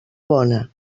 bona